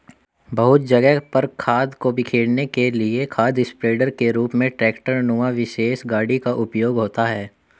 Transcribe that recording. बहुत जगह पर खाद को बिखेरने के लिए खाद स्प्रेडर के रूप में ट्रेक्टर नुमा विशेष गाड़ी का उपयोग होता है